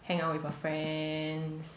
hang out with her friends